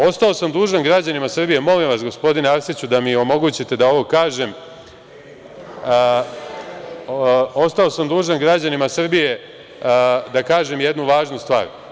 Ostao sam dužan građanima Srbije, molim vas, gospodine Arsiću, da mi omogućite da ovo kažem, ostao sam dužan građanima Srbije da kažem jednu važnu stvar.